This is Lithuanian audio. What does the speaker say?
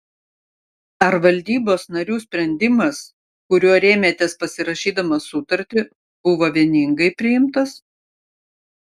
ar valdybos narių sprendimas kuriuo rėmėtės pasirašydamas sutartį buvo vieningai priimtas